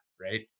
right